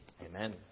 Amen